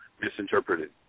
misinterpreted